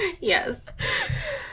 Yes